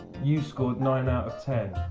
you scored nine out of ten.